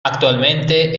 actualmente